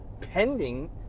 pending